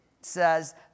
says